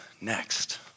next